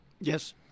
Yes